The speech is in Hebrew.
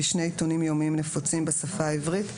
בשני עיתונים יומיים נפוצים בשפה העברית,